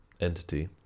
entity